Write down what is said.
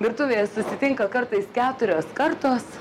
virtuvėje susitinka kartais keturios kartos